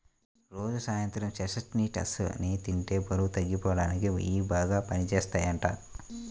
రోజూ సాయంత్రం చెస్ట్నట్స్ ని తింటే బరువు తగ్గిపోడానికి ఇయ్యి బాగా పనిజేత్తయ్యంట